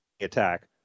attack